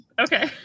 Okay